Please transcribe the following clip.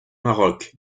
maroc